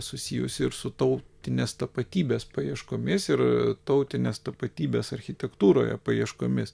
susijusi ir su tautinės tapatybės paieškomis ir tautinės tapatybės architektūroje paieškomis